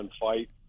fight